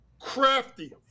Crafty